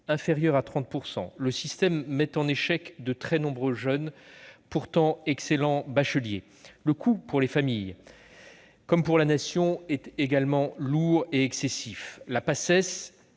inférieur à 30 %, le système met en échec de très nombreux jeunes, pourtant excellents bacheliers. Le coût pour les familles, comme pour la Nation, est également lourd et excessif. La Paces